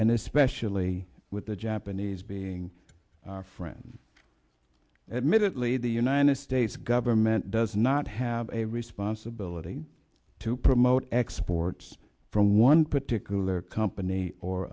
and especially with the japanese being friends admittedly the united states government does not have a responsibility to promote exports from one particular company or